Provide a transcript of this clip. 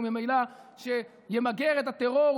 וממילא שימגר את הטרור,